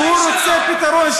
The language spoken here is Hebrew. כי הוא רוצה פתרון,